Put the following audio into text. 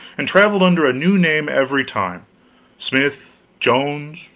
and traveled under a new name every time smith, jones,